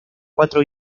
cuatro